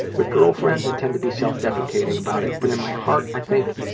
with girlfriends i tend to be self-deprecating about it, but in my heart i think,